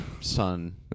son